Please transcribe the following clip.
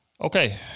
Okay